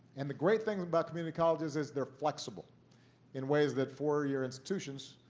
and the great thing about community college is is they're flexible in ways that four-year institutions,